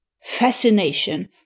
Fascination